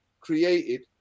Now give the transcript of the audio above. created